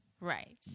Right